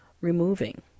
removing